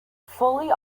fully